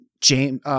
James